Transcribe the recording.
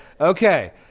Okay